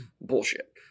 bullshit